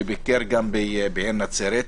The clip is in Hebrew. שגם ביקר בעיר נצרת,